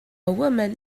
woman